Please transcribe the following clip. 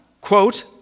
Quote